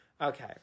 Okay